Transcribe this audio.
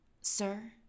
Sir